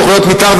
תוכניות מיתאר,